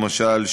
למשל,